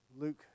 Luke